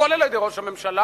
כולל על-ידי ראש הממשלה,